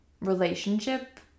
relationship